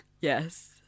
Yes